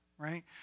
right